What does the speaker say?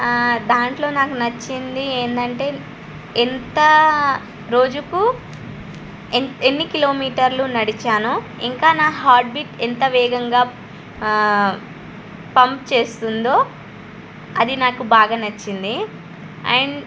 దాంట్లో నాకు నచ్చింది ఏమిటి అంటే ఎంత రోజుకు ఎన్ని కిలోమీటర్లు నడిచాను ఇంకా నా హార్ట్బీట్ ఎంత వేగంగా పంప్ చేస్తుందో అది నాకు బాగా నచ్చింది అండ్